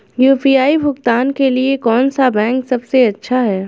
UPI भुगतान के लिए कौन सा बैंक सबसे अच्छा है?